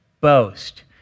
boast